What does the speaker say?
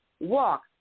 walk